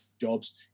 jobs